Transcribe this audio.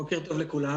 בוקר טוב לכולם.